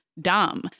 dumb